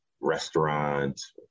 restaurants